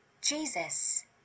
Jesus